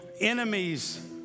enemies